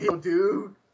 dude